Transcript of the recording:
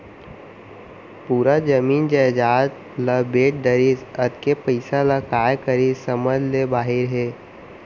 पूरा जमीन जयजाद ल बेच डरिस, अतेक पइसा ल काय करिस समझ ले बाहिर हे